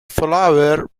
flower